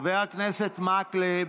חבר הכנסת מקלב,